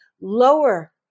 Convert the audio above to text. lower